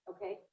Okay